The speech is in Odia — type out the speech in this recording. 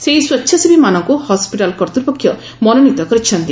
ସେହି ସ୍ପେଚ୍ଛାସେବୀମାନଙ୍କୁ ହସ୍କିଟାଲ୍ କର୍ତ୍ତୂପକ୍ଷ ମନୋନୀତ କରିଛନ୍ତି